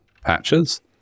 patches